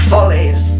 Follies